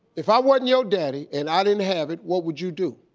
if i wasn't your daddy and i didn't have it, what would you do?